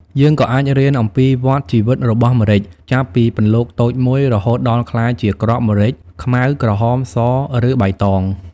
យើងក៏អាចរៀនអំពីវដ្ដជីវិតរបស់ម្រេច ចាប់ពីពន្លកតូចមួយ រហូតដល់ក្លាយជាគ្រាប់ម្រេចខ្មៅ ក្រហម ស ឬបៃតង ។